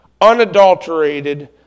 unadulterated